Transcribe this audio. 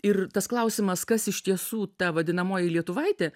ir tas klausimas kas iš tiesų ta vadinamoji lietuvaitė